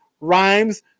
rhymes